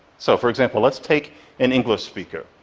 so for example, let's take an english speaker.